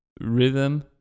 rhythm